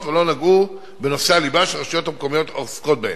ולא נגעו בנושאי הליבה שהרשויות המקומיות עוסקות בהן,